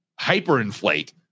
hyperinflate